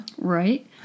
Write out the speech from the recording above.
Right